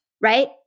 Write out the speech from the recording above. right